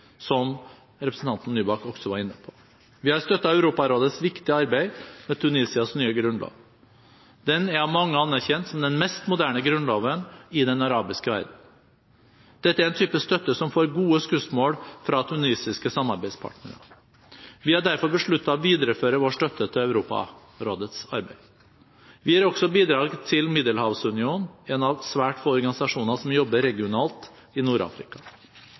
som representanten Nybakk også var inne på. Vi har støttet Europarådets viktige arbeid med Tunisias nye grunnlov. Den er av mange anerkjent som den mest moderne grunnloven i den arabiske verden. Dette er en type støtte som får gode skussmål fra tunisiske samarbeidspartnere. Vi har derfor besluttet å videreføre vår støtte til Europarådets arbeid. Vi gir også bidrag til Middelhavsunionen, en av svært få organisasjoner som jobber regionalt i